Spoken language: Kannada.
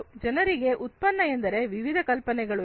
ಜನರಿಗೆ ಉತ್ಪನ್ನ ಎಂದರೆ ವಿವಿಧ ಕಲ್ಪನೆಗಳು ಇವೆ